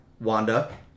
Wanda